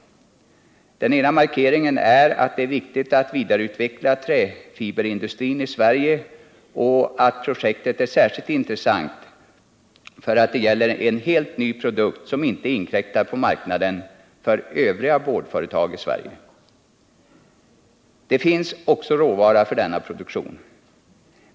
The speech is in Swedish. Den ena markeringen är att det är viktigt att vidareutveckla träfiberindustrin i Sverige och att projektet är särskilt intressant då det gäller en helt ny produkt, som inte inkräktar på marknaden för övriga boardföretag i Sverige. Det finns också råvara för denna produktion.